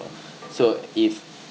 so if